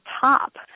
top